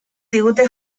digute